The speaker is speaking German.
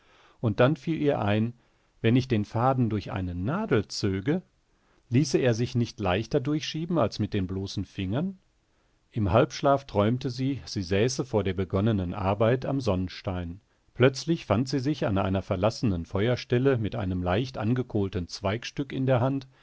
und dann fiel ihr ein wenn ich den faden durch eine nadel zöge ließe er sich nicht leichter durchschieben als mit den bloßen fingern im halbschlaf träumte sie sie säße vor der begonnenen arbeit am sonnstein plötzlich fand sie sich an einer verlassenen feuerstelle mit einem leicht angekohlten zweigstück in der hand